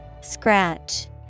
scratch